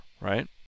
right